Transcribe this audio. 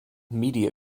media